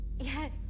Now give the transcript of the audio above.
Yes